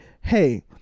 Hey